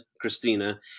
Christina